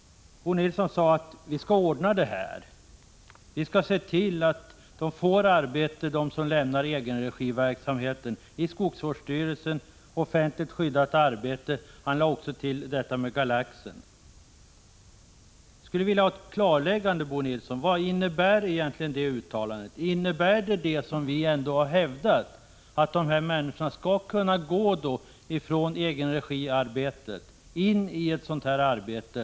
Bo Nilsson sade: Vi skall ordna det här. Vi skall se till att de som lämnar egen-regi-verksamheten får ett arbete — i skogsvårdsstyrelsen, i offentligt skyddat arbete. Han nämnde också Galaxen. Jag skulle vilja ha ett klarläggande, Bo Nilsson, av vad detta uttalande egentligen innebär. Innebär uttalandet det som vi har hävdat, att dessa människor skall kunna gå från egen-regi-arbetet in i ett sådant här arbete?